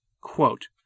Quote